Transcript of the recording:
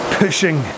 pushing